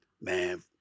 Man